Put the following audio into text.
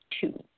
two